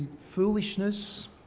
foolishness